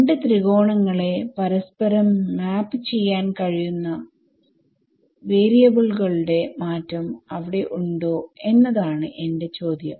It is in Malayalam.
2 ത്രികോണങ്ങളെ പരസ്പരം മാപ് ചെയ്യാൻ കഴിയുന്ന വാരിയബിൾകളുടെ മാറ്റം അവിടെ ഉണ്ടോ എന്നതാണ് എന്റെ ചോദ്യം